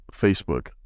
Facebook